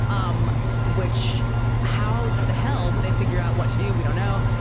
um which how the hell did they figure out what to do? we don't know.